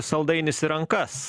saldainis į rankas